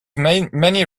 many